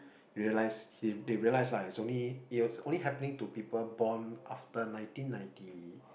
realise the~ they realise lah it's only it was only happening to people born after nineteen ninety